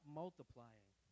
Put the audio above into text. multiplying